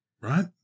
Right